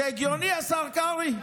זה הגיוני, השר קרעי?